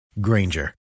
Granger